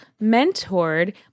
mentored